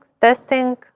testing